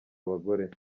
abagore